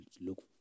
look